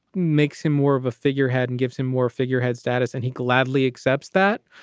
makes him more of a figurehead and gives him more figurehead status. and he gladly accepts that.